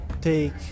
take